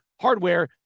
hardware